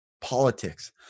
Politics